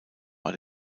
war